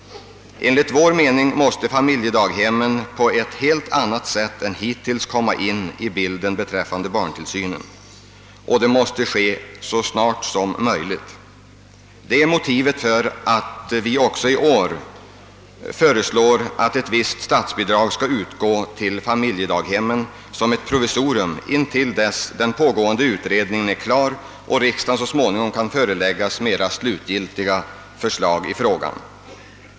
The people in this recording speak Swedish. Enligt vår åsikt måste familjedaghemmen på ett helt annat sätt än hittills komma in i bilden när det gäller barntillsynen, och det miste ske så snart som möjligt. Detta är motivet för att vi också i år föreslår att ett visst statsbidrag skall utgå till familjedaghemmen som ett provisorium till dess den pågående utredningen är klar och riksda gen så småningom kan föreläggas mera slutgiltiga förslag i frågan.